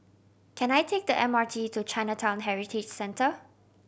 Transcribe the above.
can I take the M R T to Chinatown Heritage Centre